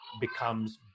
becomes